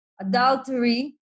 adultery